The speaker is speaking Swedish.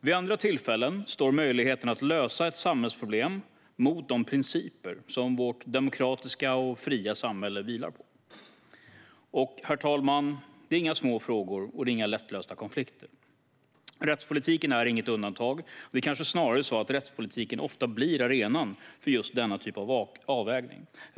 Vid andra tillfällen står möjligheten att lösa ett samhällsproblem mot de principer som vårt demokratiska och fria samhälle vilar på. Det här är inga små frågor, herr talman, och det är inga lättlösta konflikter. Rättspolitiken är inget undantag. Det är kanske snarare så att rättspolitiken ofta blir arenan för just denna typ av avvägning.